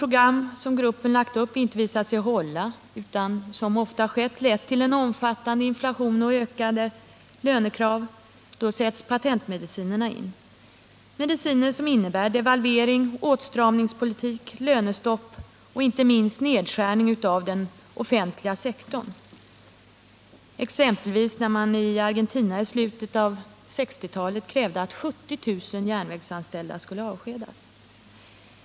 Om gruppens program inte visat sig hålla utan, som ofta skett, lett till omfattande inflation och ökade lönekrav, då har patentmedicinerna satts in. Det är mediciner som innebär devalvering, åtstramningspolitik, lönestopp, och inte minst nedskärning av den offentliga sektorn, exempelvis när man i Argentina i slutet av 1960-talet krävde att 70 000 järnvägsanställda skulle avskedas.